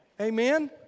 Amen